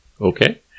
Okay